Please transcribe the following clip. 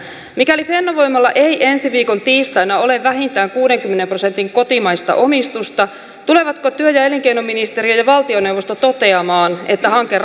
mikäli fennovoimalla ei ensi viikon tiistaina ole vähintään kuudenkymmenen prosentin kotimaista omistusta tulevatko työ ja elinkeinoministeriö ja ja valtioneuvosto toteamaan että hanke